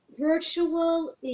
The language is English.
virtual